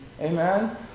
Amen